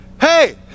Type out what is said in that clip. hey